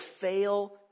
fail